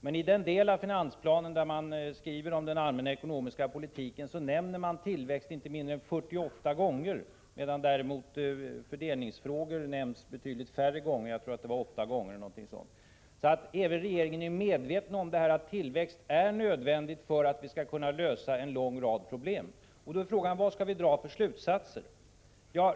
Men i den del av finansplanen där man skriver om den allmänna ekonomiska politiken nämns tillväxten inte mindre än fyrtioåtta gånger, medan däremot fördelningsfrågor nämns betydligt färre gånger — jag tror det var omkring åtta gånger. Även regeringen är alltså medveten om att tillväxt är nödvändig för att vi skall kunna lösa en lång rad problem. Då är frågan vilka slutsatser vi skall dra.